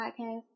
podcast